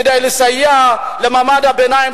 כדי לסייע למעמד הביניים.